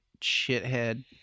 shithead